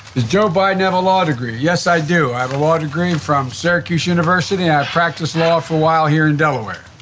does joe biden have a law degree? yes i do. i have a law degree from syracuse university and i practiced law for a while here in delaware.